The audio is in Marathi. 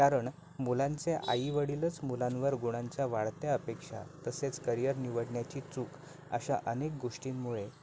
कारण मुलांचे आईवडीलच मुलांवर गुणांच्या वाढत्या अपेक्षा तसेच करिअर निवडण्याची चूक अशा अनेक गोष्टींमुळे